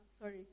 sorry